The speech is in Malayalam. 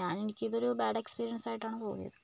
ഞാനെനിക്ക് ഇതൊരു ബാഡ് എക്സ്പീരിയൻസായിട്ടാണ് തോന്നിയത്